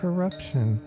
Corruption